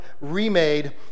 remade